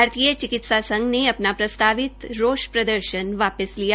भारतीय चिकित्सा संघ ने अपना प्रस्तावित रोष प्रदर्शन वापिस लिया